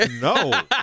No